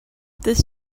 this